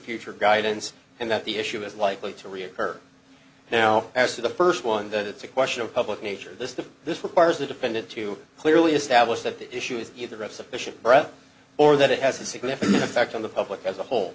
future guidance and that the issue is likely to reoccur now as to the first one that it's a question of public nature this that this requires a defendant to clearly establish that the issue is either a sufficient breath or that it has a significant effect on the public as a whole